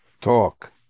talk